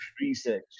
research